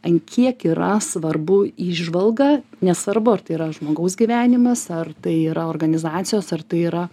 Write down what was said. ant kiek yra svarbu įžvalga nesvarbu ar tai yra žmogaus gyvenimas ar tai yra organizacijos ar tai yra